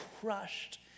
crushed